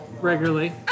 regularly